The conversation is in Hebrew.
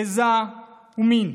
גזע ומין.